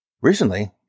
Recently